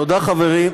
תודה חברים,